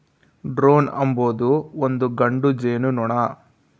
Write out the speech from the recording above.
drone ಅಂಬೊದು ಒಂದು ಗಂಡು ಜೇನುನೊಣ